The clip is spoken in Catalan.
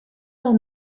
del